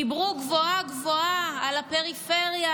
דיברו גבוהה-גבוהה על הפריפריה,